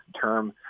term